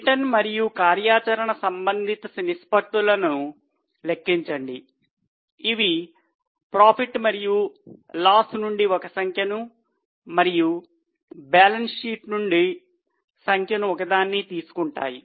return మరియు కార్యాచరణ సంబంధిత నిష్పత్తులను లెక్కించండి ఇవి P మరియు L నుండి ఒక సంఖ్యను మరియు బ్యాలెన్స్ షీట్ నుండి సంఖ్యను ఒకదాన్ని తీసుకుంటాయి